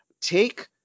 take